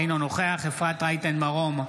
אינו נוכח אפרת רייטן מרום,